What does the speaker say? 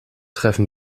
treffen